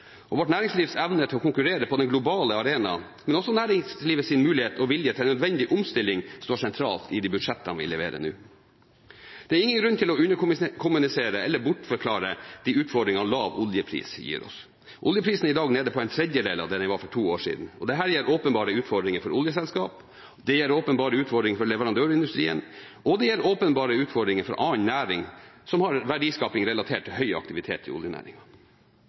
globale arena, men også næringslivets mulighet og vilje til nødvendig omstilling, står sentralt i de budsjettene vi leverer nå. Det er ingen grunn til å underkommunisere eller bortforklare de utfordringene lav oljepris gir oss. Oljeprisen i dag er nede på en tredjedel av det den var for to år siden. Dette gir oljeselskaper åpenbare utfordringer, det gir leverandørindustrien åpenbare utfordringer, og det gir annen næring som har verdiskaping relatert til høy aktivitet i